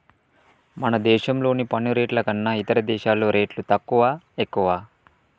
మన దేశంలోని పన్ను రేట్లు కన్నా ఇతర దేశాల్లో రేట్లు తక్కువా, ఎక్కువా